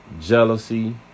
jealousy